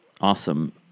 Awesome